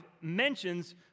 mentions